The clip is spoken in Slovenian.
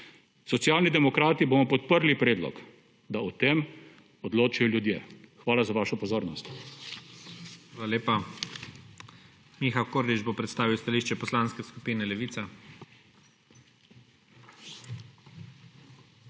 Socialni demokrati bomo podprli predlog, da o tem odločijo ljudje. Hvala za vašo pozornost. **PREDSEDNIK IGOR ZORČIČ:** Hvala lepa. Miha Kordiš bo predstavil stališče Poslanske skupine Levica.